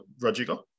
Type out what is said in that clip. Rodrigo